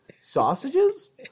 sausages